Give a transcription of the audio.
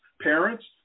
parents